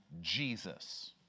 Jesus